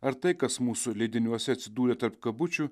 ar tai kas mūsų leidiniuose atsidūrė tarp kabučių